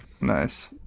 nice